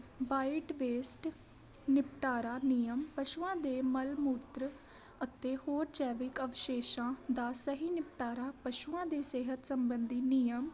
white waste ਨਿਪਟਾਰਾ ਨਿਯਮ ਪਸ਼ੂਆਂ ਦੇ ਮਲ ਮੂਤਰ ਅਤੇ ਹੋਰ ਜੈਵਿਕ ਅਵਿਸ਼ੇਸ਼ਾਂ ਦਾ ਸਹੀ ਨਿਪਟਾਰਾ ਪਸ਼ੂਆਂ ਦੀ ਸਿਹਤ ਸੰਬੰਧੀ ਨਿਯਮ